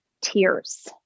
tears